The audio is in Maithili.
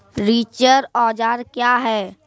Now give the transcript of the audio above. रिचर औजार क्या हैं?